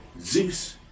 Zeus